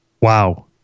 Wow